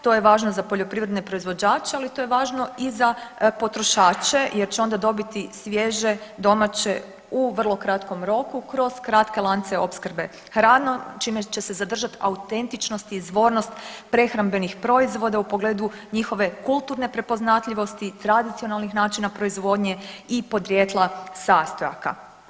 To je važno za poljoprivredne proizvođače, ali to je važno i za potrošače jer će onda dobiti svježe, domaće u vrlo kratkom roku kroz kratke lance opskrbe hranom čime će se zadržati autentičnost i izvornost prehrambenih proizvoda u pogledu njihove kulturne prepoznatljivosti, tradicionalnih načina proizvodnje i podrijetla sastojaka.